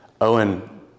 Owen